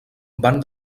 van